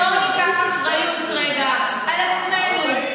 בואו ניקח אחריות רגע על עצמנו,